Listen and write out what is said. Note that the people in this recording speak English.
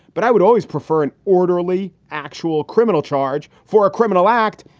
but i would always prefer an orderly, actual criminal charge for a criminal act,